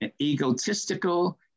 egotistical